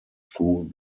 through